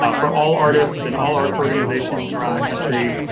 ah for all artists, and all arts organizations around the country,